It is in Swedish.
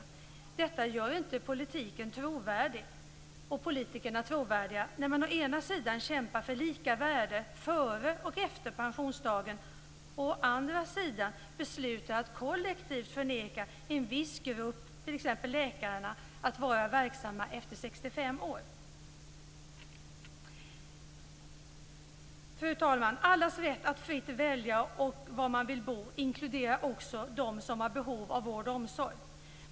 Det gör inte politiker trovärdiga att å ena sidan kämpa för lika värde före och efter pensionsdagen och å andra sidan besluta att kollektivt förneka en viss grupp, t.ex. läkarna, att vara verksamma efter 65 års ålder. Fru talman! Allas rätt att fritt välja var man vill bo inkluderar också dem som har behov av vård och omsorg.